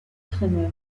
kremer